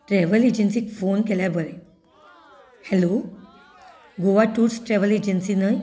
travel एजन्सीक phone केल्यार बरें hello Goa tours travel agency न्हय